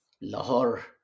lahore